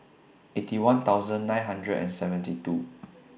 Eighty One thousand nine hundred and seventy two